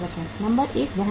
number एक वहन लागत है